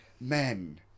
men